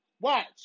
Watch